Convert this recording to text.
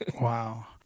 Wow